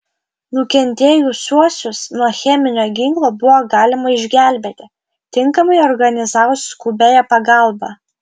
nukentėjusiuosius nuo cheminio ginklo buvo galima išgelbėti tinkamai organizavus skubiąją pagalbą